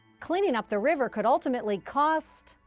cleaning up the river could ultimately cost.